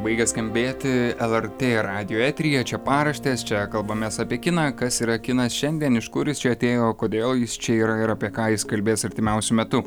baigia skambėti lrt radijo eteryje čia paraštės čia kalbamės apie kiną kas yra kinas šiandien iš kur jis čia atėjo kodėl jis čia yra ir apie ką jis kalbės artimiausiu metu